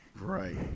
Right